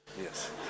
Yes